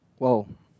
!wow!